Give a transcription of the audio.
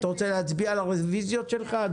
אדוני, אתה רוצה שנצביע על הרביזיות שלך?